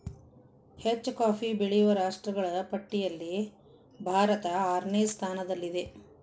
ಹೆಚ್ಚು ಕಾಫಿ ಬೆಳೆಯುವ ರಾಷ್ಟ್ರಗಳ ಪಟ್ಟಿಯಲ್ಲಿ ಭಾರತ ಆರನೇ ಸ್ಥಾನದಲ್ಲಿದೆ